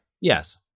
Yes